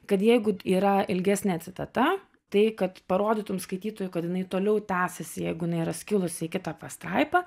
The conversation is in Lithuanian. kad jeigu yra ilgesnė citata tai kad parodytum skaitytojui kad jinai toliau tęsiasi jeigu jinai yra skilusi į kitą pastraipą